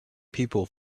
people